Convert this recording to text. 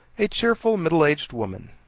a cheerful middle-aged woman,